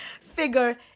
figure